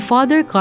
Father